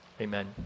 Amen